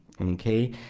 okay